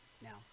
Now